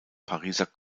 pariser